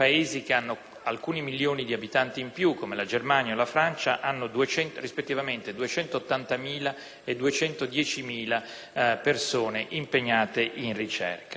alcuni milioni di abitanti in più, come la Germania e la Francia, hanno rispettivamente 280.000 e 210.000 persone impegnate in ricerca.